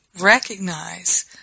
recognize